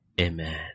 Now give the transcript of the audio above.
amen